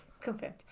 Confirmed